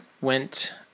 went